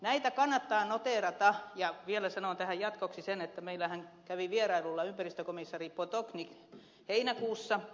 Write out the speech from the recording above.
näitä kannattaa noteerata ja vielä sanon tähän jatkoksi sen että meillähän kävi vierailulla ympäristökomissaari potochnik heinäkuussa